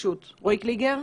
רואי קליגר,